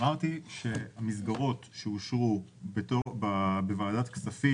אמרתי שהמסגרות שאושרו בוועדת הכספים,